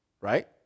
right